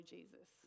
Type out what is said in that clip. Jesus